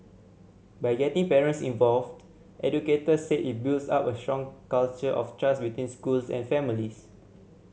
by getting parents involved educators said it builds up a strong culture of trust between schools and families